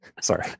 Sorry